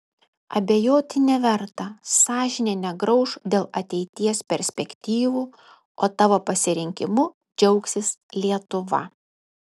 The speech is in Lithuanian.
abejoti neverta sąžinė negrauš dėl ateities perspektyvų o tavo pasirinkimu džiaugsis lietuva